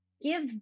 give